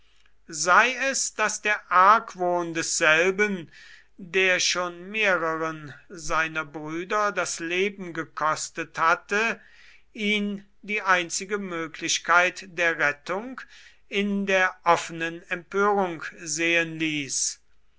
sei es daß der argwohn desselben der schon mehreren seiner brüder das leben gekostet hatte ihn die einzige möglichkeit der rettung in der offenen empörung sehen ließ